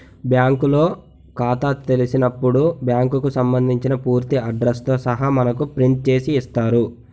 బ్యాంకులో ఖాతా తెలిసినప్పుడు బ్యాంకుకు సంబంధించిన పూర్తి అడ్రస్ తో సహా మనకు ప్రింట్ చేసి ఇస్తారు